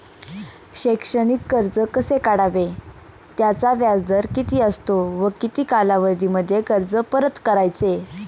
शैक्षणिक कर्ज कसे काढावे? त्याचा व्याजदर किती असतो व किती कालावधीमध्ये कर्ज परत करायचे?